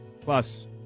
Plus